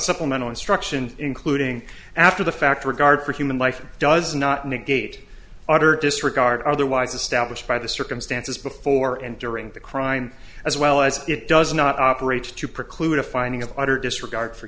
supplemental instruction including after the fact regard for human life does not negate utter disregard otherwise established by the circumstances before and during the crime as well as it does not operate to preclude a finding of utter disregard for